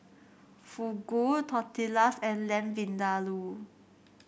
Fugu Tortillas and Lamb Vindaloo